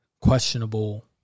questionable